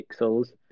pixels